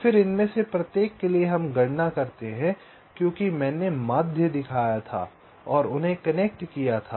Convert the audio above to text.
फिर इनमें से प्रत्येक के लिए हम गणना करते हैं क्योंकि मैंने माध्य दिखाया था और उन्हें कनेक्ट किया था